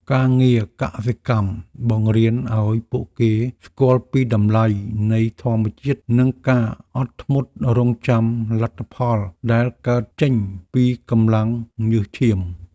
ការងារកសិកម្មបង្រៀនឱ្យពួកគេស្គាល់ពីតម្លៃនៃធម្មជាតិនិងការអត់ធ្មត់រង់ចាំលទ្ធផលដែលកើតចេញពីកម្លាំងញើសឈាម។